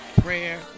prayer